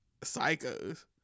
psychos